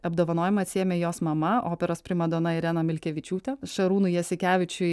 apdovanojimą atsiėmė jos mama operos primadona irena milkevičiūtė šarūnui jasikevičiui